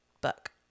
book